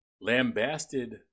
lambasted